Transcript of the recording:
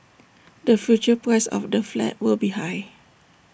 the future price of the flat will be high